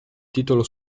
titolo